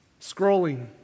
Scrolling